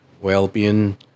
well-being